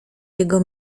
jego